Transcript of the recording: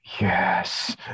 yes